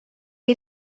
you